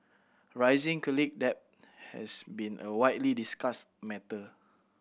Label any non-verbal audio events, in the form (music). rising (unintelligible) debt has been a widely discussed matter